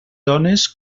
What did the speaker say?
dones